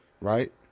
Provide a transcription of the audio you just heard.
Right